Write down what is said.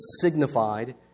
signified